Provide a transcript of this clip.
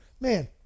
Man